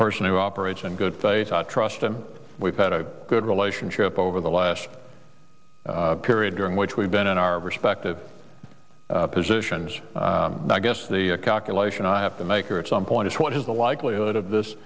person who operates in good faith i trust him we've had a good relationship over the last period during which we've been in our respective positions i guess the calculation i have to make or at some point is what is the likelihood of this